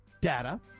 data